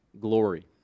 glory